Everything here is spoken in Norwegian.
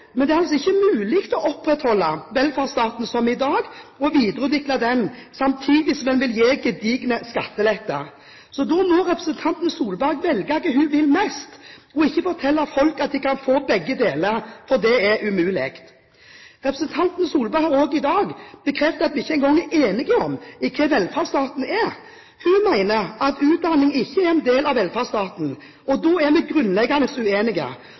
men det er altså ikke mulig å opprettholde velferdsstaten som i dag og videreutvikle den, samtidig som en vil gi gedigne skatteletter. Så da må representanten Solberg velge hva hun vil mest, og ikke fortelle folk at de kan få begge deler, for det er umulig. Representanten Solberg har også i dag bekreftet at vi ikke engang er enige om hva velferdsstaten er. Hun mener at utdanning ikke er en del av velferdsstaten – og da er vi grunnleggende uenige.